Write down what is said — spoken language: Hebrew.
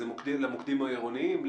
זה למוקדים העירוניים?